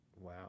Wow